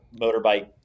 motorbike